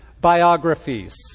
biographies